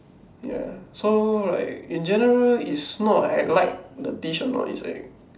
ya so like in general is not like I like the dish or not is like